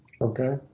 Okay